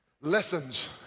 lessons